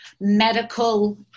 medical